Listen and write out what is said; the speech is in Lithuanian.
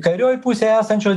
kairioj pusėj esančio